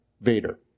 vader